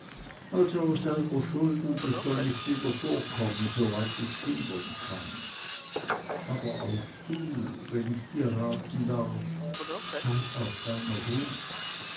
also selber schuld und es soll nicht wieder vorkommen soweit ich's hindern kann aber auch du wenn ich dir raten darf sei auf deiner hut